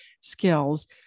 skills